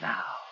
Now